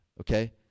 okay